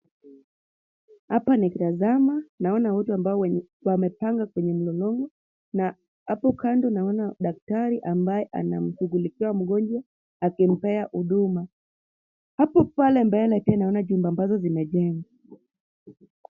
Hapa nikitazama naona watu ambao wamepanga kwenye mlolongo na hapo kando naona daktari ambaye anamshughulikia mgonjwa akimpea huduma. Hapo mbele naona nyumba ambazo zimejengwa.